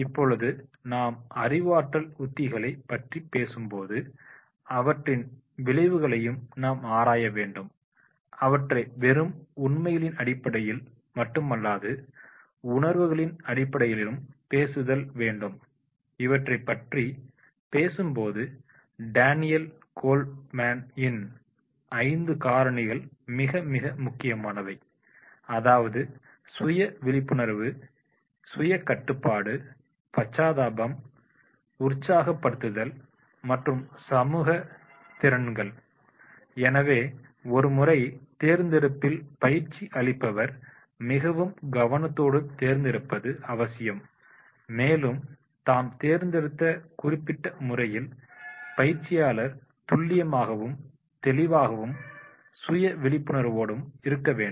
இப்பொழுது நாம் அறிவாற்றல் உத்திகளை பற்றிப் பேசும்போது அவற்றின் விளைவுகளையும் நாம் ஆராய வேண்டும் அவற்றை வெறும் உண்மைகளின் அடிப்படையில் மட்டுமல்லாது உணர்வுகளின் அடிப்படையிலும் பேசுதல் வேண்டும் இவற்றைப் பற்றி பேசும்போது டேனியல் கோல்ட்மேன் இன் ஐந்து காரணிகள் மிக மிக முக்கியமானவை அதாவது சுய விழிப்புணர்வு சுயகட்டுப்பாடு பச்சாதாபம் உற்சாகப் படுத்துதல் மற்றும் சமூக திறன்கள் எனவே ஒருமுறை தேர்ந்தெடுப்பதில் பயிற்சி அளிப்பவர் மிகவும் கவனத்தோடு தேர்ந்தெடுப்பது அவசியம் மேலும் தாம் தேர்ந்தெடுத்த குறிப்பிட்டு முறையில் பயிற்சியாளர் துல்லியமாகவும் தெளிவாகவும் சுய விழிப்புணர்வு இருக்க வேண்டும்